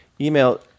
email